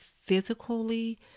physically